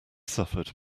suffered